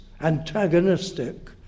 antagonistic